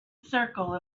circle